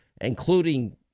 including